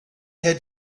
had